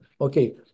okay